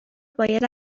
باید